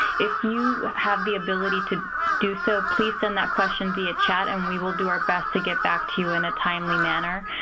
if you have the ability to do so, please send that question via chat and we will do our best to get back to you in a timely manner.